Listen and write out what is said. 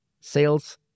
sales